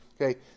Okay